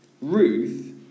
Ruth